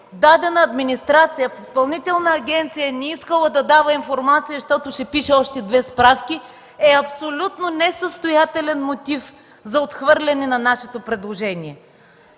дадена администрация в Изпълнителна агенция не е искала да дава информация, защото ще пише още две справки, е абсолютно несъстоятелен мотив за отхвърляне на нашето предложение.